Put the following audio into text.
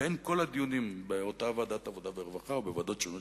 בין כל הדיונים כחוט השני באותה ועדת עבודה ורווחה ובוועדות השונות